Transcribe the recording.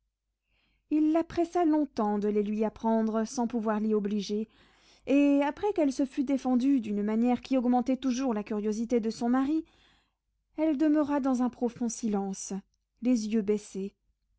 il la pressa longtemps de les lui apprendre sans pouvoir l'y obliger et après qu'elle se fût défendue d'une manière qui augmentait toujours la curiosité de son mari elle demeura dans un profond silence les yeux baissés